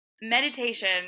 meditation